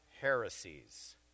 heresies